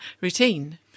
routine